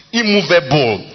immovable